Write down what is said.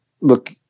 look